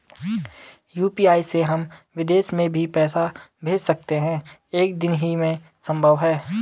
UPI से हम विदेश में भी पैसे भेज सकते हैं एक ही दिन में संभव है?